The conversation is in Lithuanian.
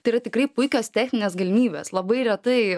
tai yra tikrai puikios techninės galimybės labai retai